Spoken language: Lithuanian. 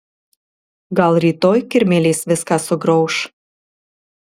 gal rytoj kirmėlės viską sugrauš